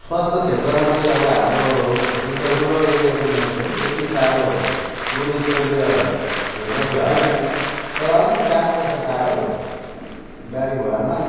स्वास्थ क्षेत्रमा चाहिँ अब हाम्रो हामी त रुरल एरियाको मान्छे हो त्यति साह्रो गुणस्तरीय क्षेत्र चाहिँ हैन तर अलिकति जानुपर्छ टाढो गाडी घोडामा